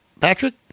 Patrick